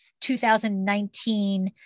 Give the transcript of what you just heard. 2019